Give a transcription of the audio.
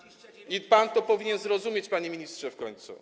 I pan to powinien zrozumieć, panie ministrze, w końcu.